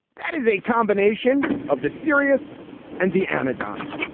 that is a combination of the serious and the anodyne.